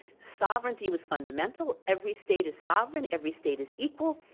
sovereignty was fundamental, every state is sovereign, every state is equal.